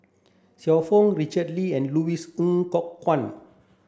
Xiu Fang Richard Kee and Louis Ng Kok Kwang